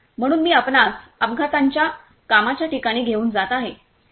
म्हणून मी आपणास अपघाताच्या कामाच्या ठिकाणी घेऊन जात आहे